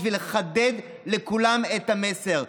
בשביל לחדד לכולם את המסר.